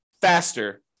faster